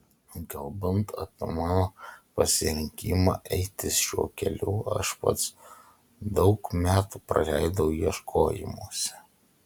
kalbant apie mano pasirinkimą eiti šiuo keliu aš pats daug metų praleidau ieškojimuose